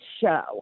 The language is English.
show